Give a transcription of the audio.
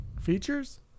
features